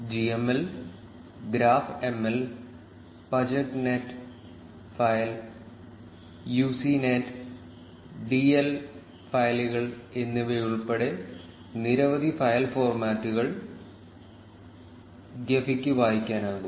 GML GraphML Pajek net file UCINET DL ഫയലുകൾ എന്നിവയുൾപ്പെടെ നിരവധി ഫയൽ ഫോർമാറ്റുകൾ ജെഫിക്ക് വായിക്കാനാകും